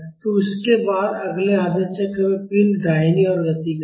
तो उसके बाद अगले आधे चक्र में पिंड दाहिनी ओर गति करेगा